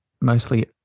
mostly